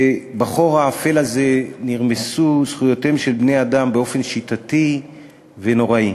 ובחור האפל הזה נרמסו זכויותיהם של בני-אדם באופן שיטתי ונוראי.